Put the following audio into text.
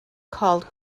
called